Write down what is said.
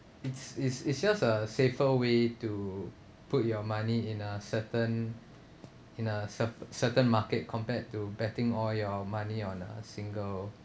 it's it's it's just a safer way to put your money in a certain in a cert~ certain market compared to betting all your money on a single